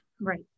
right